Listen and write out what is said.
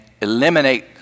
eliminate